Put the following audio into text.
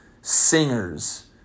singers